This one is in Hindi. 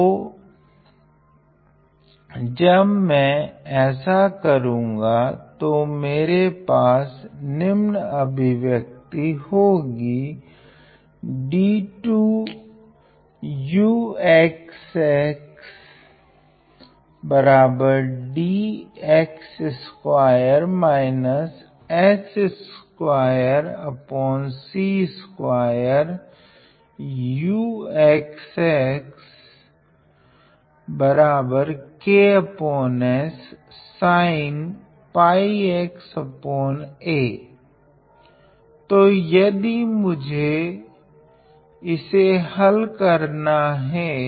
तो जब में ऐसा करुगा तो मेरे पास निम्न अभिव्यक्ति होगी तो यदि मुझे इसे हल करना हैं